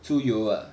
so 有 ah